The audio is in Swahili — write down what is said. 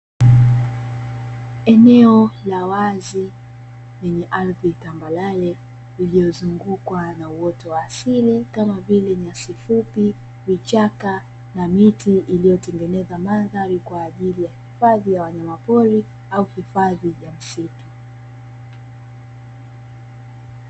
Eneo la wazi lenye ardhi tambarare, lililozungukwa na uoto wa asili kama vile: nyasi fupi, vichaka na miti iliyotengeneza mandhari kwa ajili ya hifadhi au wanyamapori au hifadhi ya msitu.